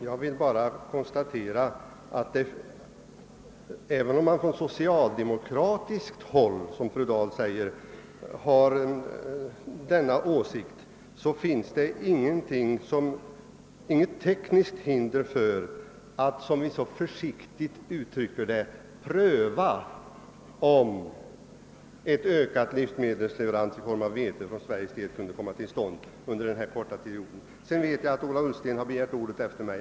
Jag vill här bara konstatera att, även om man på socialdemokratiskt håll, som fru Dahl säger, har denna åsikt, så finns det inget tekniskt hinder för att — som vi så försiktigt uttrycker det — pröva om ökade livsmedelsleveranser i form av vete för Sveriges del kunde komma till stånd under denna korta period. Jag vet att Ola Ullsten har begärt ordet efter mig.